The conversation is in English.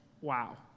wow